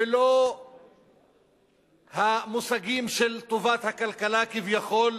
ולא המושגים של טובת הכלכלה כביכול,